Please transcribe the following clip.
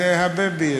זה הבייבי.